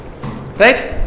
Right